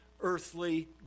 earthly